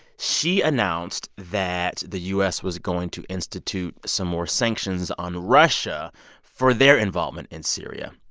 she announced that the u s. was going to institute some more sanctions on russia for their involvement in syria.